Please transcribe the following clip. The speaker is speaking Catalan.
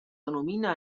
denomina